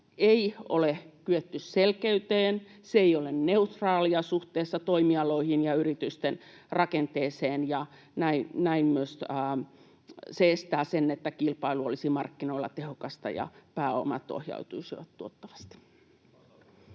ei ole kyetty selkeyteen. Se ei ole neutraalia suhteessa toimialoihin ja yritysten rakenteeseen, ja näin se myös estää sen, että kilpailu olisi markkinoilla tehokasta ja pääomat ohjautuisivat tuottavasti.